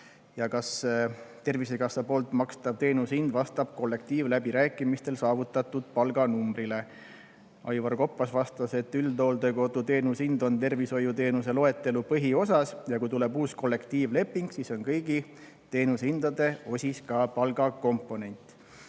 ja kas Tervisekassa makstav teenuse hind vastab kollektiivläbirääkimistel saavutatud palganumbrile. Aivar Koppas vastas, et üldhooldekoduteenuse hind on tervishoiuteenuste loetelu põhiosas ja kui tuleb uus kollektiivleping, siis on kõigi teenusehindade osis ka palgakomponent.